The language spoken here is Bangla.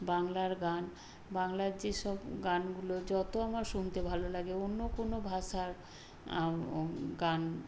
বাংলার গান বাংলার যেসব গানগুলো যতো আমার শুনতে ভালো লাগে অন্য কোনো ভাষার গান